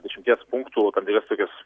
dešimties punktų tam tikras tokias